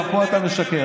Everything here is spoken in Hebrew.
גם פה אתה משקר,